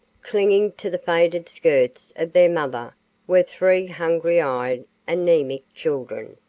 clinging to the faded skirts of their mother were three hungry-eyed anaemic children,